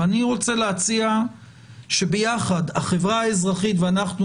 ואני רוצה להציע שביחד, החברה האזרחית ואנחנו,